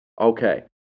okay